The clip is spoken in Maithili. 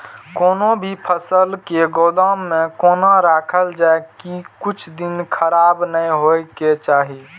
कोनो भी फसल के गोदाम में कोना राखल जाय की कुछ दिन खराब ने होय के चाही?